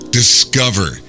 discover